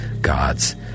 gods